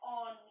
on